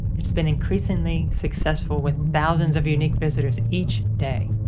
it's been increasingly successful with thousands of unique visitors each day.